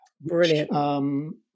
Brilliant